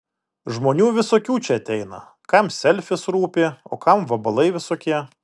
žmonių visokių čia ateina kam selfis rūpi o kam vabalai visokie